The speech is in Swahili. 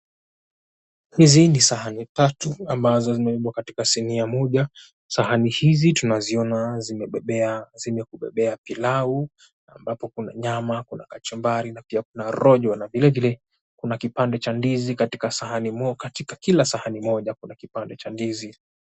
Hizi ni sahani tatu ambazo zimebebwa katika sinia moja. Sahani hizi tunaziona zimemebebea zimekubebea pilau ambapo kuna nyama kuna kachumbari pia na rojo na vile vile kuna kipande cha ndizi katika sahani mo katika kila sahani moja kuna kipande cha ndizi.